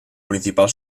principal